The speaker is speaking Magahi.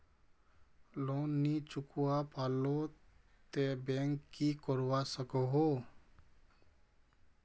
लोन नी चुकवा पालो ते बैंक की करवा सकोहो?